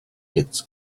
its